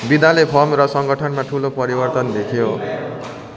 विधाले firm र सङ्गठनमा ठुलो परिवर्तन देख्यो